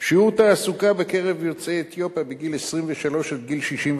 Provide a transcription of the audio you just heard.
שיעור התעסוקה בקרב יוצאי אתיופיה בגיל 23 עד גיל 65: